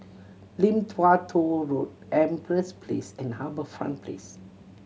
Lim Tua Tow Road Empress Place and HarbourFront Place